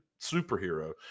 superhero